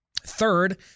Third